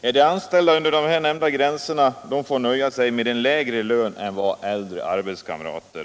Är de anställda under de här nämnda gränserna, får de nöja sig med en lägre lön än äldre arbetskamrater. '